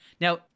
Now